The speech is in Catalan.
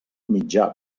mitjà